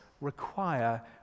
require